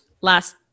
last